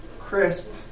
crisp